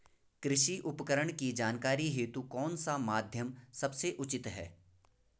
कृषि उपकरण की जानकारी हेतु कौन सा माध्यम सबसे उचित है?